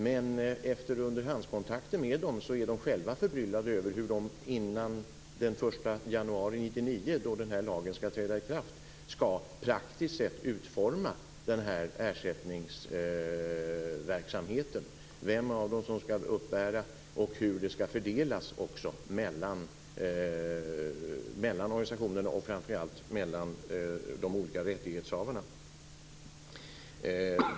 Men enligt underhandskontakter med organisationerna är man själv förbryllad över hur man innan den 1 januari 1999, då den här lagen skall träda i kraft, praktiskt sett skall utforma ersättningsverksamheten. Det gäller frågor om vem som skall uppbära ersättning och hur det skall fördelas mellan organisationerna och framför allt mellan de olika rättighetshavarna.